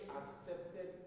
accepted